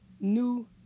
new